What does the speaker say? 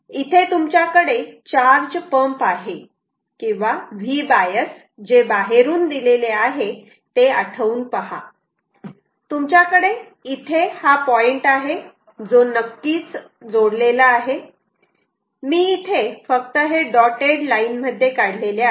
इथे तुमच्याकडे charge pump आहे किंवा Vbias जे बाहेरून दिलेले आहे आठवून पहा तुमच्याकडे इथे हा पॉईंट आहे जो नक्कीच जोडलेला आहे मी इथे फक्त हे डॉटेड लाईन मध्ये काढलेले आहे